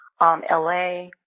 LA